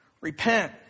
Repent